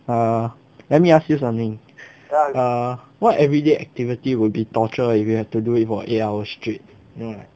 err let me ask you something err what everyday activity will be torture if you have to do it for eight hour straight mm